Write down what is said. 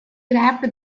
wrapped